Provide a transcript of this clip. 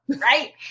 right